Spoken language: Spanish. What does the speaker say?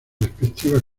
respectivas